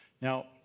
Now